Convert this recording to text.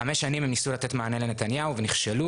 חמש שנים הם ניסו לתת מענה לנתניהו ונכשלו,